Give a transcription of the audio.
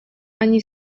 они